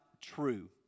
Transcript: true